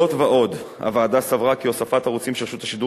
זאת ועוד: הוועדה סברה כי הוספת ערוצים שרשות השידור